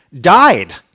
died